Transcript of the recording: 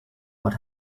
what